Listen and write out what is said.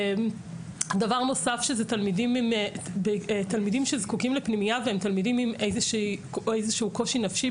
דבר נוסף תלמידים שזקוקים לפנימייה והם תלמידים עם איזשהו קושי נפשי,